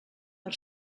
per